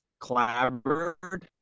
clabbered